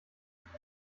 nicht